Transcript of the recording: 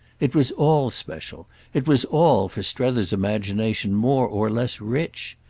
it was all special it was all, for strether's imagination, more or less rich.